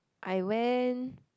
I went